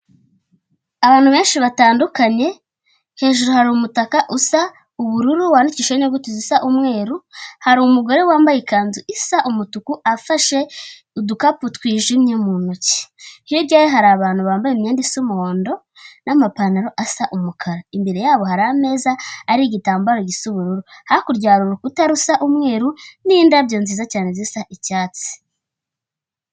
Abantu benshi batandukanye hejuru hari umutaka usa ubururu wandikishijeho inyuguti zisa umweru hari umugore wambaye ikanzu isa umutuku afashe udukapu twijimye mu ntoki hirya ye hari abantu bambaye imyenda y'umuhondo n'amapantaro asa umukara imbere yabo hari ameza ari igitambaro gisa ubururu hakurya hari urukuta rusa umweru n'indabyo nziza cyane zisa icyatsi.